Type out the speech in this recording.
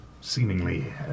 seemingly